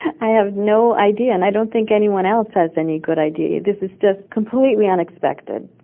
i have no idea, and i don't think anyone else has any good idea. this is just completely unexpected.